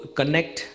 connect